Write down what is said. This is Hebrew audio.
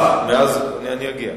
אני אגיע.